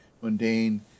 mundane